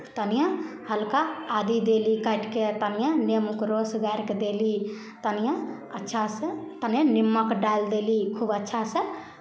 तनिए हल्का आदि देली काटि कऽ तनिए नेमोके रस गारि कऽ देली तनिए अच्छासँ तनि निमक डालि देली खूब अच्छासँ